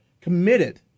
committed